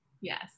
yes